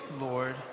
Lord